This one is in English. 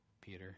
Peter